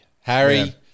Harry